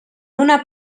una